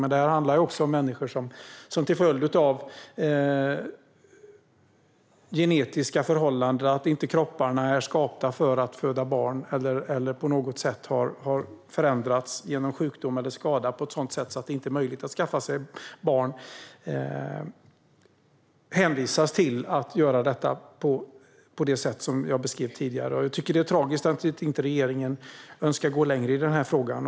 Men det handlar om att människor som till följd av genetiska förhållanden - kropparna är inte skapta för att föda barn eller har på något sätt genom sjukdom eller skada förändrats så att det inte är möjligt att skaffa barn - hänvisas till att göra detta på det sätt som jag beskrev tidigare. Jag tycker att det är tragiskt att regeringen inte önskar att gå längre i frågan.